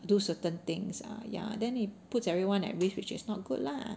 do certain things ah ya then he puts everyone at risk which is not good lah